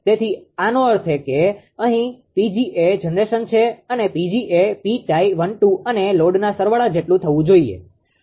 તેથી આનો અર્થ એ કે અહીં 𝑃𝑔 એ જનરેશન છે અને 𝑃𝑔 એ 𝑃𝑡𝑖𝑒12 અને લોડના સરવાળા જેટલું થવું જોઈએ